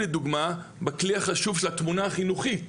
לדוגמה בכלי החשוב של התמונה החינוכית,